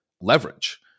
leverage